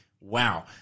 Wow